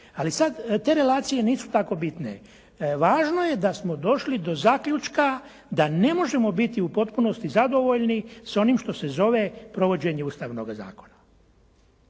Ali sad te relacije nisu tako bitne. Važno je da smo došli do zaključka da ne možemo biti u potpunosti zadovoljni s onim što se zove provođenje ustavnoga zakona.